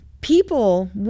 people